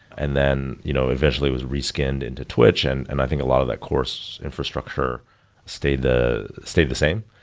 and then you know eventually it was rescanned into twitch, and and i think a lot of that course infrastructure stayed the stayed the same.